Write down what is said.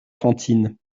fantine